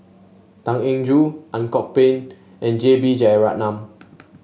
Tan Eng Joo Ang Kok Peng and J B Jeyaretnam